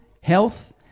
health